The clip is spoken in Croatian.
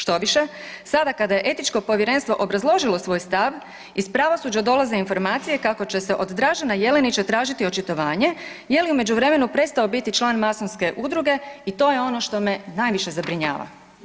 Štoviše, sada kada je etičko povjerenstvo obrazložilo svoj stav, iz pravosuđa dolaze informacije kako će se od Dražena Jelenića tražiti očitovanje je li u međuvremenu prestao biti član masonske udruge i to je ono što me najviše zabrinjava.